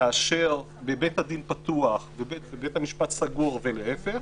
כאשר בבית הדין פתוח ובבית המשפט סגור, ולהיפך.